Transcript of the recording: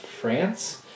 France